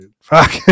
Fuck